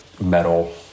metal